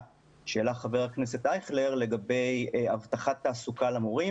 שהעלה חבר הכנסת אייכלר לגבי הבטחת תעסוקה למורים.